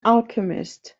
alchemist